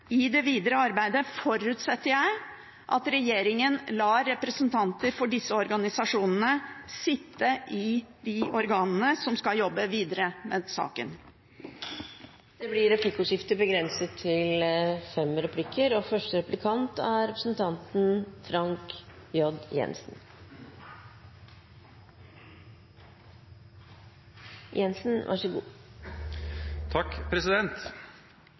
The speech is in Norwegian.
i det videre arbeidet forutsetter jeg at regjeringen lar representanter for disse organisasjonene sitte i de organene som skal jobbe videre med denne saken. Det blir replikkordskifte. SV uttrykker stor bekymring for at kommuner skal få én eneste ny velferdsoppgave. Det er